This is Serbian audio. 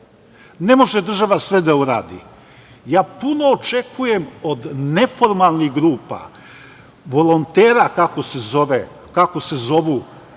Ne može država sve da uradi. Ja puno očekujem od neformalnih grupa, volontera koji su politički neutralni,